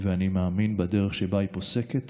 אני מאמין בדרך שבה היא פוסקת